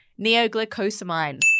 neoglycosamine